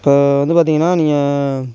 இப்போ வந்து பார்த்தீங்கன்னா நீங்கள்